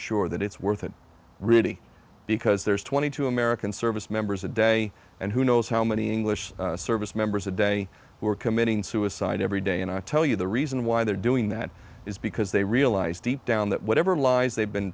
sure that it's worth it really because there's twenty two american service members a day and who knows how many english service members a day who are committing suicide every day and i tell you the reason why they're doing that is because they realize deep down that whatever lies they've been